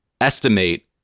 estimate